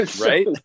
Right